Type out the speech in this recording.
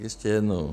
Ještě jednou.